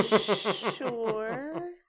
sure